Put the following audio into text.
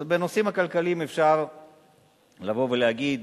בנושאים הכלכליים אפשר לבוא ולהגיד,